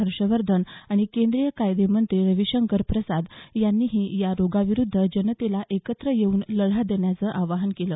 हर्षवर्धन आणि केंद्रीय कायदे मंत्री रविशंकर प्रसाद यांनीही या रोगाविरुध्द जनतेला एकत्रित येऊन लढा देण्याचं आवाहन केलं